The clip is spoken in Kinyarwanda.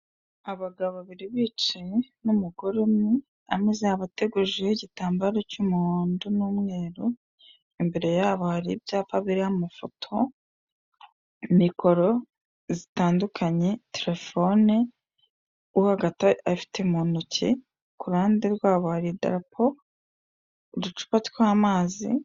Abagabo babiri bicaye n'umugore umwe yabo ategujeho igitambaro cy'umuhondo n'umweru, imbere yabo hari ibyapa birimo amafoto, mikoro zitandukanye, telefone, uwo hagata ayifite mu ntoki, ku ruhande rwabo hari idarapo, uducupa tw'amazi.